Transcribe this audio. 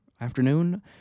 afternoon